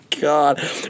God